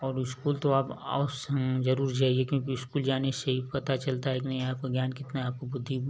और स्कूल तो आप ज़रूर जाइये क्योंकि स्कूल जाने से ही पता चलता है की नहीं आपका ज्ञान कितना है आपको बुद्धि